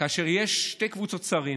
כאשר יש שתי קבוצות שרים